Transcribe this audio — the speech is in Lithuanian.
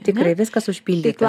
tikrai viskas užpildyta